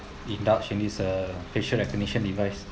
indulge in this uh facial recognition device